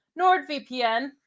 NordVPN